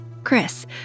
Chris